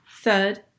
Third